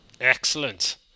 excellent